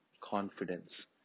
confidence